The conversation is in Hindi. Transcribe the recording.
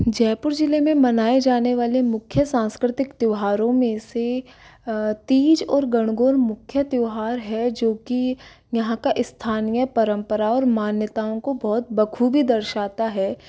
जयपुर ज़िले में मनाए जाने वाले मुख्य सांस्कृतिक त्योहारों में से तीज और गणगौर मुख्य त्योहार है जो की यहाँ का स्थानीय परंपरा और मान्यताओं को बहुत बखूबी दर्शाता है